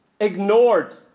ignored